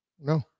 no